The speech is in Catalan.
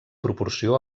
proporció